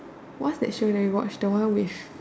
what's that show that we watch the one with